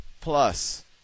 plus